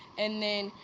and then,